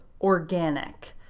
organic